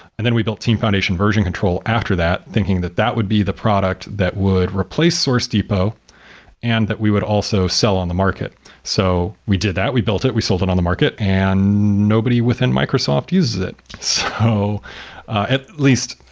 and then we built team foundation version control after that, thinking that that would be the product that would replace source depot and that we would also sell on the market so we did that. we built it, we sold it on the market and nobody within microsoft uses it. so at least,